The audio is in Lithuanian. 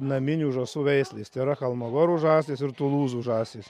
naminių žąsų veislės tai yra chalmogorų žąsys ir tulūzų žąsys